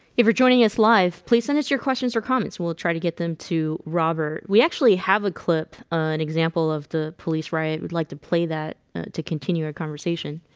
if you're joining us live, please send us your questions or comments. we'll try to get them to robert we actually have a clip an example of the police riot would like to play that to continue our conversation